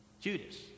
Judas